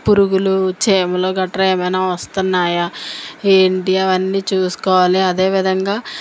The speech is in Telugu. పురుగులు చీమలు గట్రా ఏమైన్న వస్తున్నాయా ఏంటి అవన్నీ చూసుకోవాలి అదే విధంగా